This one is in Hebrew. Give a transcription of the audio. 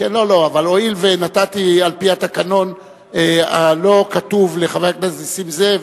הואיל ונתתי על-פי התקנון הלא כתוב לחבר הכנסת נסים זאב,